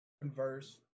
Converse